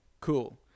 Cool